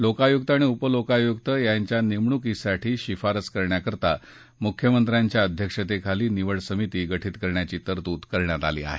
लोकायुक्त आणि उपलोकायुक्त यांच्या नेमणुकीसाठी शिफारस करण्याकरिता मुख्यमंत्र्यांच्या अध्यक्षतेखाली निवड समिती गठित करण्याची तरतूद करण्यात आली आहे